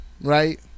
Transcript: right